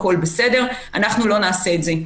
הכול בסדר אנחנו לא נעשה את זה.